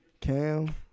Cam